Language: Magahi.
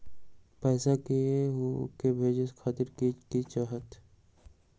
पैसा के हु के भेजे खातीर की की चाहत?